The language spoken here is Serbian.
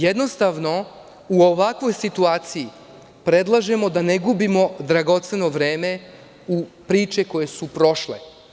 Jednostavno, u ovakvoj situaciji predlažemo da ne gubimo dragoceno vreme u priče koje su prošle.